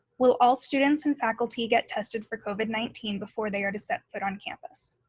will all students and faculty get tested for covid nineteen before they are to set foot on campus?